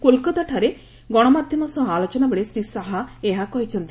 କୋଲକାତା ଠାରେ ଗଣମାଧ୍ୟମ ସହ ଆଲୋଚନା ବେଳେ ଶ୍ରୀ ଶାହା ଏହା କହିଛନ୍ତି